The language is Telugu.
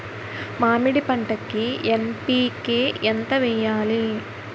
మామిడి పంటకి ఎన్.పీ.కే ఎంత వెయ్యాలి?